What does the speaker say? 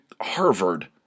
Harvard